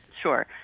Sure